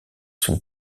son